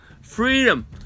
freedom